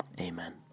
amen